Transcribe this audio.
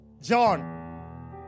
John